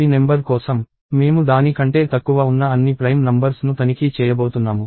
p number కోసం మేము దాని కంటే తక్కువ ఉన్న అన్ని ప్రైమ్ నంబర్స్ ను తనిఖీ చేయబోతున్నాము